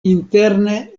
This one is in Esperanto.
interne